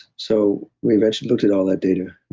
so we eventually looked at all that data.